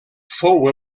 fou